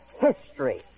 history